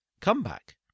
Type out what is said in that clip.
comeback